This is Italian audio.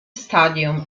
stadium